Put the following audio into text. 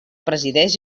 presideix